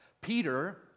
Peter